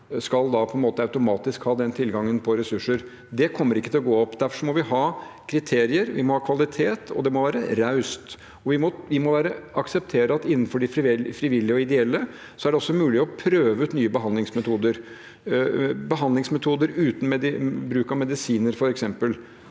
skal ha den tilgangen på ressurser? Det kommer ikke til å gå opp. Derfor må vi ha kriterier, vi må ha kvalitet, og det må være raust. Vi må akseptere at innenfor de frivillige og ideelle er det også mulig å prøve ut nye behandlingsmetoder, f.eks. behandlingsmetoder uten bruk av medisiner, som man